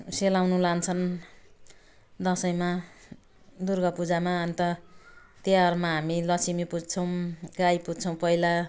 से सेलाउनु लान्छन् दसैँमा दुर्गा पूजामा अन्त तिहारमा हामी लक्ष्मी पुज्छौँ गाई पुज्छौँ पहिला